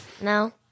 No